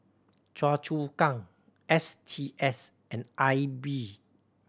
Choa Chu Kang S T S and I B